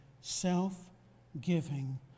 self-giving